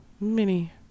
mini